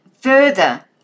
further